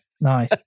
Nice